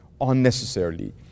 unnecessarily